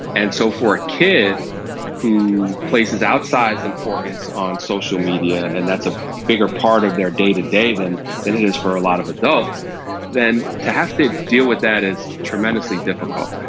and so for a kid who places outsized importance on social media and that's a bigger part of their day to day than than it is for a lot of adults then to have to deal with that is tremendously difficult.